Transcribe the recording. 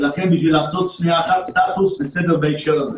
ולכן בשביל לעשות הערכת סטטוס זה בסדר בהקשר הזה.